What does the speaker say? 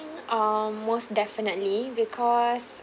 um most definitely because